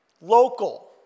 Local